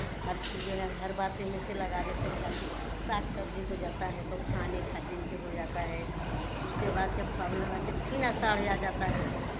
हर चीज़ ये है हर बात इसमें से लगा देते हैं जा के साग सब्जी हो जाता है तो खाने खातिर के हो जाता है उसके बाद जब का बोलेला कि फिर आषाढ़ आ जाता है